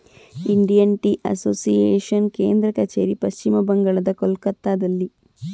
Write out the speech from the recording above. Indian Tea Association ಕೇಂದ್ರ ಕಚೇರಿ ಪಶ್ಚಿಮ ಬಂಗಾಳದ ಕೊಲ್ಕತ್ತಾದಲ್ಲಿ